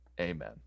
amen